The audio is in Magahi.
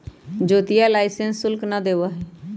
ज्योतिया लाइसेंस शुल्क ना देवा हई